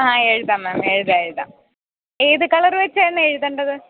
ആ എഴുതാം മാം എഴുതാം എഴുതാം ഏത് കളര് വെച്ചാണ് എഴുതേണ്ടത്